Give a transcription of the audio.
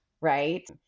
right